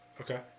Okay